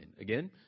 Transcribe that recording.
Again